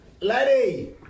Laddie